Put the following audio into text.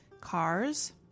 cars